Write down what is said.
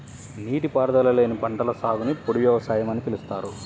నీటిపారుదల లేని పంటల సాగుని పొడి వ్యవసాయం అని పిలుస్తారు